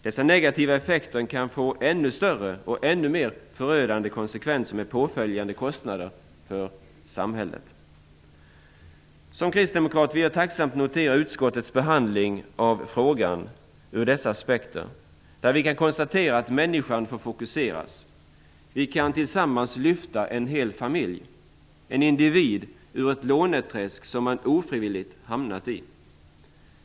Dessa negativa effekter kan få ännu större och ännu mer förödande konsekvenser, med påföljande kostnader för samhället. Som kristdemokrat vill jag tacksamt notera utskottets behandling av frågan med tanke på dessa aspekter. Vi kan konstatera att människan kommer i fokus. Vi kan tillsammans lyfta en hel familj eller en individ ur ett låneträsk som de ofrivilligt hamnat i.